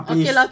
Okay